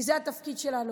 כי זה התפקיד שלנו.